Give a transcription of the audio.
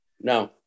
No